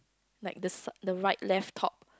like the side the right left top